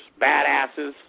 badasses